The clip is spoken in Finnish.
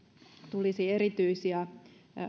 tulisi erityisiä